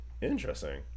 Interesting